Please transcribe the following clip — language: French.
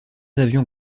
avions